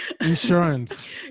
insurance